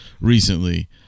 recently